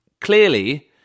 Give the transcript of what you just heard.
Clearly